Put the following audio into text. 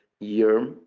year